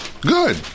Good